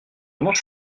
comment